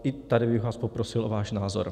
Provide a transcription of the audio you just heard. I tady bych vás poprosil o váš názor.